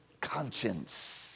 conscience